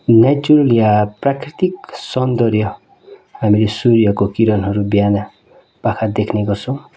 natural या प्राकृतिक सौन्दर्य हामीले सूर्यको किरणहरू बिहान पाखा देख्ने गर्छौँ